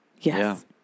Yes